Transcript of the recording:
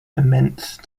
immense